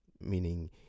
Meaning